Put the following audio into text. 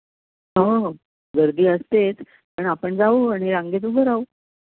हो हो गर्दी असतेच पण आपण जाऊ आणि रांगेेत उभं राहू